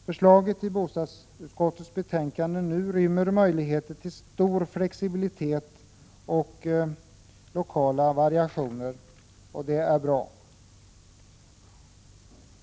Förslaget i bostadsutskottets betänkande rymmer möjligheter till stor flexibilitet och lokala variationer. Det är bra.